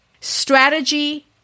Strategy